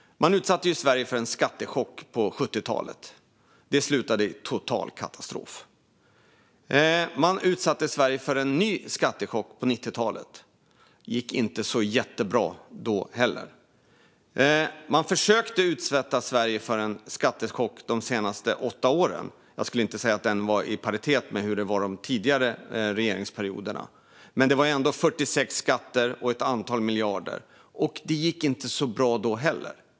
Man utsatte Sverige för en skattechock på 70-talet. Det slutade i total katastrof. Sedan utsatte man Sverige för en ny skattechock på 90talet. Det gick inte så jättebra då heller. Och även de senaste åtta åren har man försökt utsätta Sverige för en skattechock. Jag skulle inte säga att den var i paritet med de tidigare regeringsperioderna, men det var ändå 46 skatter och ett antal miljarder. Det gick inte så bra då heller.